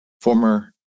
Former